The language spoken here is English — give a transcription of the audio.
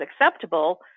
acceptable